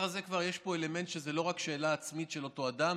כבר יש פה אלמנט שהוא לא רק שאלה עצמית של אותו אדם.